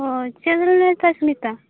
ᱦᱚᱭ ᱪᱮᱫᱵᱤᱱ ᱞᱟᱹᱮᱫ ᱛᱟᱦᱮᱜ ᱥᱩᱱᱤᱛᱟ